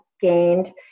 gained